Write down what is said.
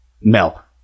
Mel